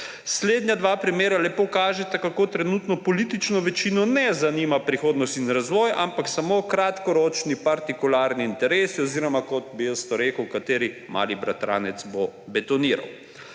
Slednja dva primera lepo kažeta, kako trenutno politične večine ne zanimata prihodnost in razvoj, ampak samo kratkoročni partikularni interesi oziroma kot bi jaz to rekel, kateri mali bratranec bo betoniral.